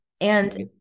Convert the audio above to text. And-